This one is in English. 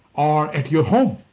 or at your home.